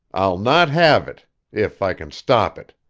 i'll not have it if i can stop it.